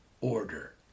order